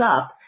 up